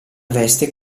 veste